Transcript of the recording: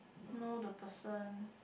know the person